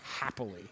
happily